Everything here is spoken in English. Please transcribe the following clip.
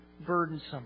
burdensome